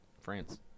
France